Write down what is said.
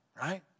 right